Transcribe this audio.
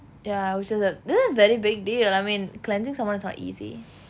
ya which is a very big deal I mean cleansing someone is not easy